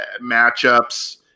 matchups